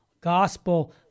gospel